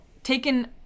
taken